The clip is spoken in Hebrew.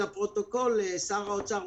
כדי שהוא יוכל לשרוד את התקופה הקשה הזאת.